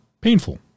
Painful